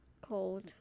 cold